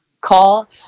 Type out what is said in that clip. call